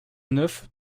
neuf